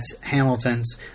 Hamilton's